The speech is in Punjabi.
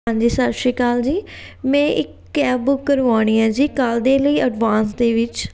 ਹਾਂਜੀ ਸਤਿ ਸ਼੍ਰੀ ਅਕਾਲ ਜੀ ਮੈਂ ਇੱਕ ਕੈਬ ਬੁੱਕ ਕਰਵਾਉਣੀ ਆ ਜੀ ਕੱਲ੍ਹ ਦੇ ਲਈ ਅਡਵਾਂਸ ਦੇ ਵਿੱਚ